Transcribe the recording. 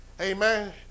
Amen